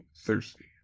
thirsty